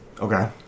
Okay